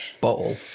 bottle